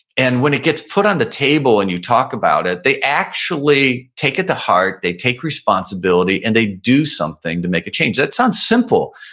and when it gets put on the table and you talk about it, they actually take it to heart, they take responsibility and they do something to make a change that sounds simple,